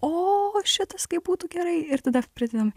o šitas kaip būtų gerai ir tada pridedam